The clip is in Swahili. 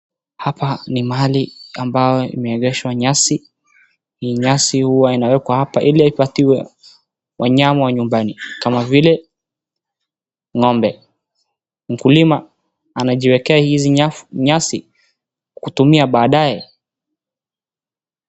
Hapa ni mahali ambapo imeegeshwa nyasi. Hii nyasi huwekwa hapa ili ipatiwe wanyama wa nyumbani kama vile ng'ombe. Mkulima amejiwekea hizi nyasi kutumia badaye.